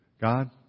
God